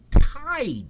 tied